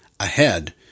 ahead